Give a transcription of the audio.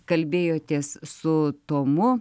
kalbėjotės su tomu